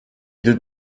did